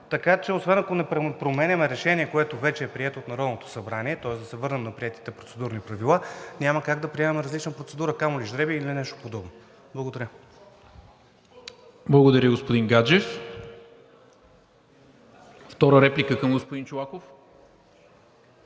Така че, освен ако не променяме решение, което вече е прието от Народното събрание, тоест да се върнем на приетите процедурни правила, няма как да приемаме различна процедура, камо ли жребий или нещо подобно. Благодаря. ПРЕДСЕДАТЕЛ НИКОЛА МИНЧЕВ: Благодаря, господин Гаджев. Втора реплика към господин Чолаков?